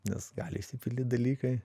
nes gali išsipildyt dalykai